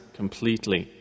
completely